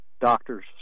doctors